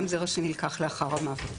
גם זרע שנלקח לאחר המוות.